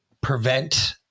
prevent